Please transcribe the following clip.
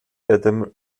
adam